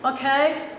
okay